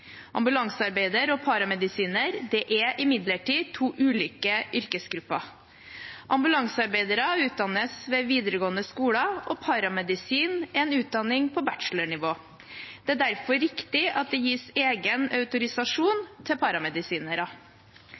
ambulansearbeider. Ambulansearbeider og paramedisiner er imidlertid to ulike yrkesgrupper. Ambulansearbeidere utdannes ved videregående skoler, og paramedisin er en utdanning på bachelornivå. Det er derfor riktig at det gis egen autorisasjon til paramedisinere.